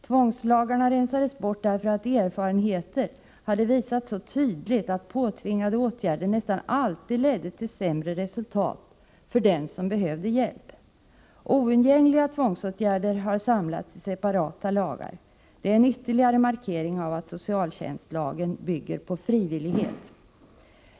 Tvångslagarna rensades bort därför att erfarenheterna så tydligt hade visat att påtvingade åtgärder nästan alltid ledde till sämre resultat för den som behövde hjälp. Oundgängliga tvångsåtgärder har samlats i separata lagar. Det är en ytterligare markering av att socialtjänstlagen bygger på frivillighet.